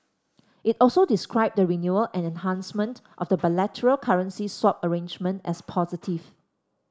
it also described the renewal and enhancement of the bilateral currency swap arrangement as positive